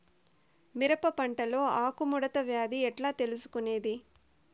మిరప పంటలో ఆకు ముడత వ్యాధి ఎట్లా తెలుసుకొనేది?